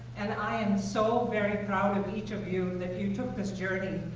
and i am so very proud of each of you, that you took this journey,